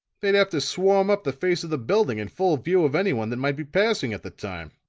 they'd have to swarm up the face of the building in full view of anyone that might be passing at the time.